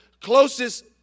closest